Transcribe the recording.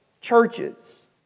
churches